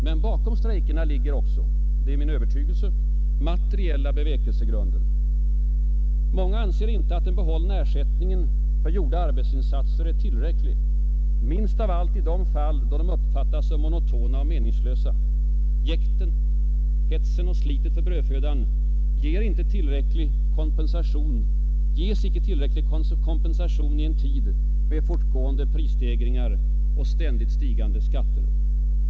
Men bakom strejkerna ligger — det är min övertygelse — även materiella bevekelsegrunder. Många anser inte att den behållna ersättningen för gjorda arbetsinsatser är tillräcklig, minst av allt i de fall då de uppfattas som monotona och meningslösa. Jäktet, hetsen och slitet för brödfödan ges icke tillräcklig kompensation i en tid med fortgående prisstegringar och ständigt stigande skatter.